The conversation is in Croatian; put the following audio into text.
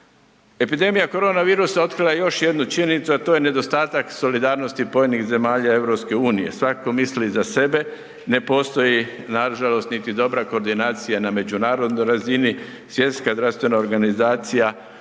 Epidemija koronavirusa otkrila je još jednu činjenicu, a to je nedostatak solidarnosti pojedinih zemalja EU. Svako misli za sebe, ne postoji nažalost niti dobra koordinacija na međunarodnoj razini. Svjetska zdravstvena organizacija bi